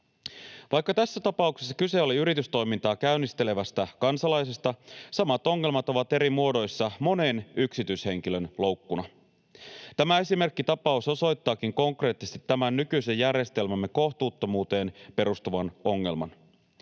Vaikka tässä tapauksessa kyse oli yritystoimintaa käynnistelevästä kansalaisesta, samat ongelmat ovat eri muodoissa monen yksityishenkilön loukkuna. Tämä esimerkkitapaus osoittaakin konkreettisesti tämän nykyisen järjestelmämme kohtuuttomuuteen perustuvan ongelman.